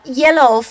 yellow